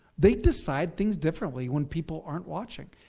they decide things differently when people aren't watching.